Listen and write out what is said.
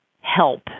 help